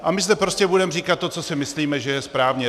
A my zde prostě budeme říkat to, co si myslíme, že je správně.